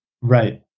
Right